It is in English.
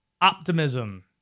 optimism